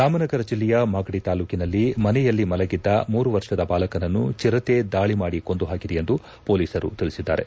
ರಾಮನಗರ ಜಿಲ್ಲೆಯ ಮಾಗಡಿ ತಾಲೂಕಿನಲ್ಲಿ ಮನೆಯಲ್ಲಿ ಮಲಗಿದ್ದ ಮೂರು ವರ್ಷದ ಬಾಲಕನನ್ನು ಚಿರತೆ ದಾಳಿಮಾಡಿ ಕೊಂದಹಾಕಿದೆ ಎಂದು ಹೊಲೀಸರು ತಿಳಿಸಿದ್ದಾರೆ